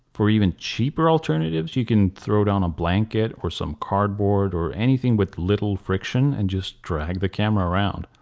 for even cheaper alternatives you can throw down a blanket or some cardboard or anything with little friction and just drag the camera around.